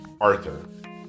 Arthur